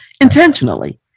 intentionally